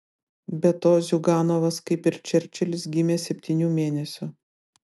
be to ziuganovas kaip ir čerčilis gimė septynių mėnesių